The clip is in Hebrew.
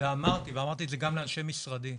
ואמרתי את זה גם לאנשי משרדי: